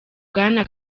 bwana